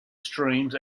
streams